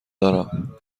دارم